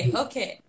okay